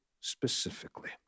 specifically